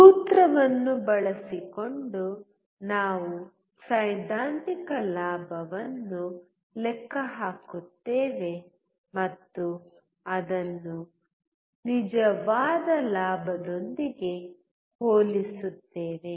ಸೂತ್ರವನ್ನು ಬಳಸಿಕೊಂಡು ನಾವು ಸೈದ್ಧಾಂತಿಕ ಲಾಭವನ್ನು ಲೆಕ್ಕ ಹಾಕುತ್ತೇವೆ ಮತ್ತು ಅದನ್ನು ನಿಜವಾದ ಲಾಭದೊಂದಿಗೆ ಹೋಲಿಸುತ್ತೇವೆ